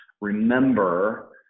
remember